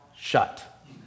shut